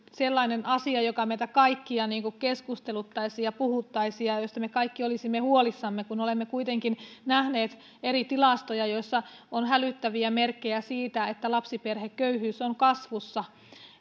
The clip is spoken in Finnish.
sellainen asia joka meitä kaikkia keskusteluttaisi ja puhuttaisi ja josta me kaikki olisimme huolissamme kun olemme kuitenkin nähneet eri tilastoja joissa on hälyttäviä merkkejä siitä että lapsiperheköyhyys on kasvussa